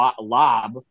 lob